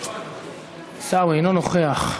עיסאווי אינו נוכח,